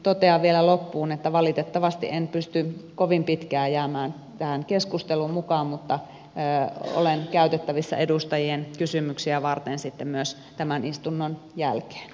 totean vielä loppuun että valitettavasti en pysty kovin pitkään jäämään tähän keskusteluun mukaan mutta olen käytettävissä edustajien kysymyksiä varten myös tämän istunnon jälkeen